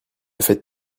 faites